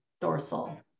dorsal